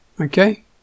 okay